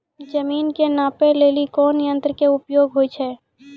जमीन के नापै लेली कोन यंत्र के उपयोग होय छै?